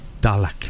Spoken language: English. Dalek